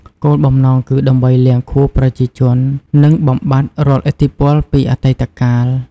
គោលបំណងគឺដើម្បីលាងខួរប្រជាជន និងបំបាត់រាល់ឥទ្ធិពលពីអតីតកាល។